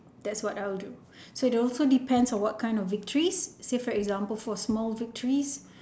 that's what I will do so it also depends on what kind of victories say for example for small victories